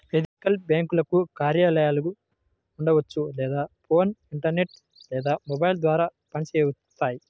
ethical బ్యేంకులకు కార్యాలయాలు ఉండవచ్చు లేదా ఫోన్, ఇంటర్నెట్ లేదా మెయిల్ ద్వారా పనిచేస్తాయి